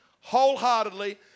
wholeheartedly